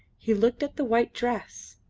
he looked at the white dress,